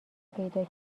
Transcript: پیدا